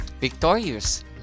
victorious